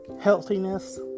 healthiness